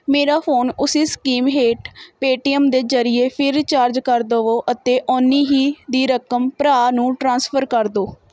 ਮੇਰਾ ਫੋਨ ਉਸੀ ਸਕੀਮ ਹੇਠ ਪੇਟੀਐੱਮ ਦੇ ਜਰੀਏ ਫੇਰ ਚਾਰਜ ਕਰ ਦਵੋ ਅਤੇ ਓਨੀ ਹੀ ਦੀ ਰਕਮ ਭਰਾ ਨੂੰ ਟ੍ਰਾਂਸਫਰ ਕਰ ਦਿਓ